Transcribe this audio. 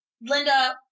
Linda